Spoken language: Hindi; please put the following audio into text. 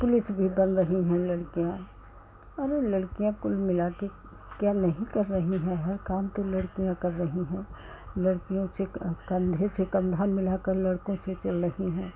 पुलिस भी बन रही हैं लड़कियाँ अरे लड़कियाँ कुल मिलाकर क्या नहीं कर रही हैं हर काम तो लड़कियाँ कर रही हैं लड़कियों से कन्धे से कन्धा मिलाकर लड़कों से चल रही हैं